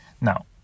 Now